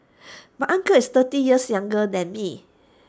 my uncle is thirty years younger than me